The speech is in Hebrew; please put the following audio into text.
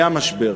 היה משבר.